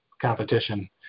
competition